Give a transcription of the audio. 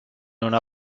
una